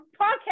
podcast